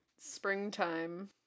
springtime